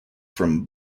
from